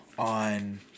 On